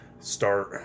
Start